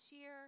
year